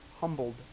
humbled